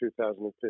2015